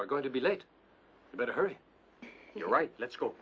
are going to be like that hurt you're right let's go